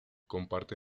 comparte